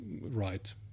right